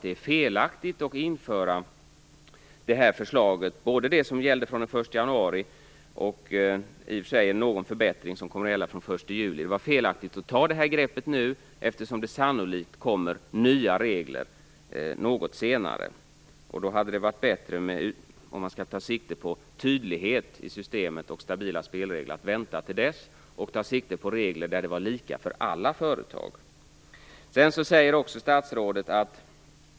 Det är felaktigt att genomföra både det förslag som gällde från 1 januari och det som kommer att gälla från 1 juli, även om det var något bättre. Det var fel att ta ett sådant grepp nu, eftersom det sannolikt kommer nya regler senare. Om man vill ha tydlighet och stabila spelregler i systemet hade det varit bättre att vänta till dess och ta sikte på regler som var lika för alla företag.